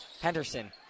Henderson